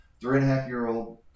three-and-a-half-year-old